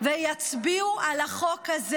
ויצביעו על החוק הזה.